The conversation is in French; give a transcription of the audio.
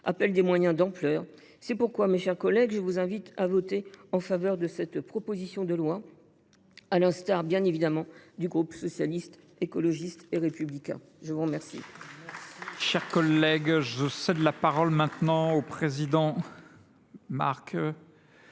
appellent des moyens d’ampleur. C’est pourquoi, mes chers collègues, je vous invite à voter en faveur de cette proposition de loi, comme le fera évidemment le groupe Socialiste, Écologiste et Républicain. La parole